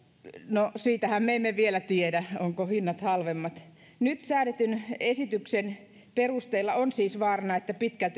no siitähän me emme vielä tiedä ovatko hinnat halvemmat nyt säädetyn esityksen perusteella on siis vaarana että pitkälti